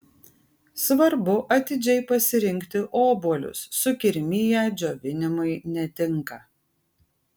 svarbu atidžiai pasirinkti obuolius sukirmiję džiovinimui netinka